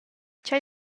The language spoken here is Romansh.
tgei